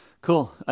cool